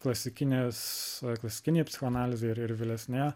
klasikinės klasikinėj psichoanalizėj ir ir vėlesnėje